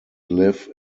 live